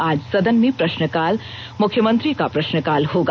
आज सदन में प्रश्नकाल मुख्यमंत्री का प्रश्नकाल होगा